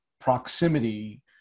proximity